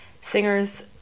singers